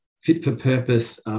fit-for-purpose